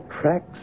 tracks